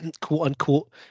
quote-unquote